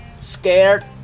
scared